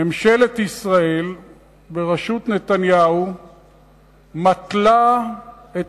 ממשלת ישראל בראשות נתניהו מתלה את